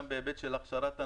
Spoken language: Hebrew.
גם בהיבט של הכשרת הנהגים,